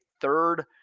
third –